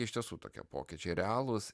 iš tiesų tokie pokyčiai realūs